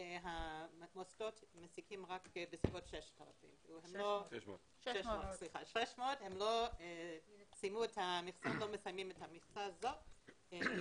והמוסדות מעסיקים רק בסביבות 600. אנחנו